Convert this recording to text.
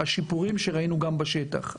השיפורים שראינו בשטח.